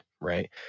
right